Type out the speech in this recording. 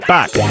Back